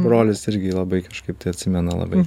brolis irgi labai kažkaip tai atsimena labai